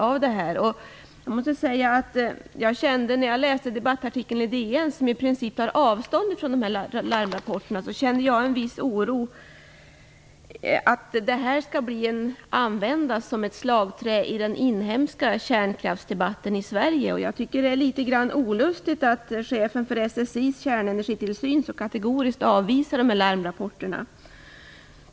När jag läste debattartikeln i DN som i princip tar avstånd från larmrapporterna kände jag en viss oro att det skall användas som ett slagträ i den inhemska kärnkraftsdebatten i Sverige. Jag tycker att det är litet olustigt att chefen för SSI:s kärnenergitillsyn så kategoriskt avvisar larmrapporterna.